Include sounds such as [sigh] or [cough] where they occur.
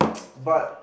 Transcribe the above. [noise] but